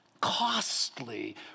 costly